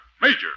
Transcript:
Major